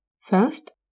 First